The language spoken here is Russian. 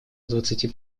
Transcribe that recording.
двадцати